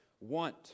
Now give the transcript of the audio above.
want